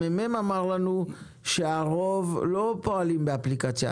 המ.מ.מ אמר לנו שהרוב לא משתמשים באפליקציה.